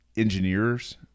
engineers